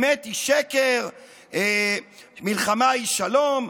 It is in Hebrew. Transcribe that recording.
אמת היא שקר, מלחמה היא שלום.